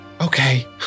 okay